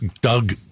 Doug